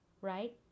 Right